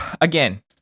again